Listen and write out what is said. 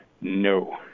no